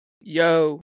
yo